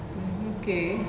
mm okay